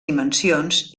dimensions